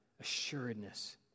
assuredness